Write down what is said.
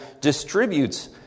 distributes